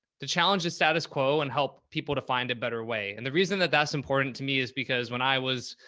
to challenge the status quo and help people to find a better way. and the reason that that's important to me is because when i was,